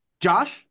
Josh